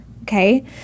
Okay